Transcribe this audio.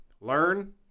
Learn